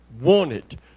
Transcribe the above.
wanted